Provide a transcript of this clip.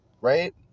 right